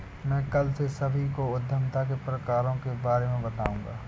मैं कल से सभी को उद्यमिता के प्रकारों के बारे में बताऊँगा